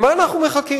למה אנחנו מחכים?